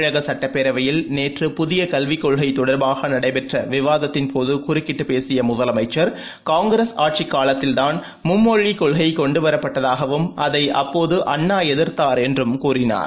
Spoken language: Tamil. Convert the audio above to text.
தமிழக சட்டப்பேரவையில் நேற்று புதிய கல்விக் கொள்கை தொடர்பாக நடைபெற்ற விவாதத்தின்போது குறுக்கிட்டுப் பேசிய முதலமைச்சர் காங்கிரஸ் ஆட்சிக் காலத்தில்தான் மும்மொழிக் கொள்கை கொண்டுவரப்பட்டதாகவும் அதை அப்போது அண்ணா எதிர்த்தார் என்றும் கூறினார்